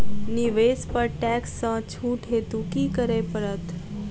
निवेश पर टैक्स सँ छुट हेतु की करै पड़त?